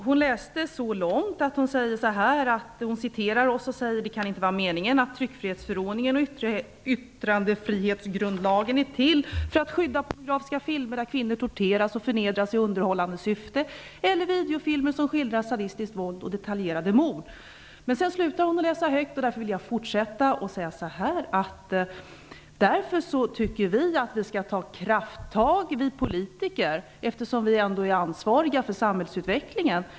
Hon citerade följande: "Det kan inte vara meningen att tryckfrihetsförordningen och yttrandefrihetsgrundlagen är till för att skydda pornografiska filmer där kvinnor torteras och förnedras i underhållande syfte, eller videofilmer som skildrar sadistiskt våld och detaljerade mord." Sedan slutar hon att läsa högt. Därför vill jag fortsätta och säga att vi därför tycker att vi politiker skall ta krafttag, eftersom vi ändå är ansvariga för samhällsutvecklingen.